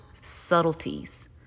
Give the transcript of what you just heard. subtleties